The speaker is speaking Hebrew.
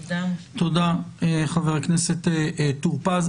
תודה, חבר הכנסת טור פז.